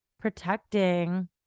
protecting